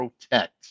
protect